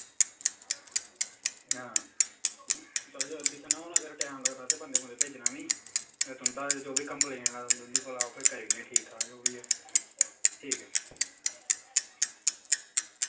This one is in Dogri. आं ते दिक्खना अगर टैम लगदा ते बंदे भेजना भी ते तुंदी जेह्ड़ी कम्पलेन ओह्बी करी ओड़ने आं ठीक ठाक ठीक ऐ